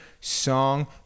song